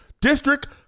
District